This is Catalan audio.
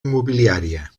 immobiliària